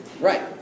right